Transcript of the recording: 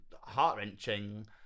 heart-wrenching